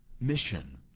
mission